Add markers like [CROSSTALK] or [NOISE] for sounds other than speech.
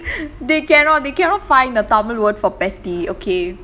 [BREATH] I think [BREATH] they cannot they cannot find the tamil word for petty okay